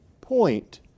point